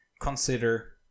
consider